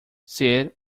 ser